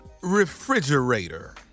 refrigerator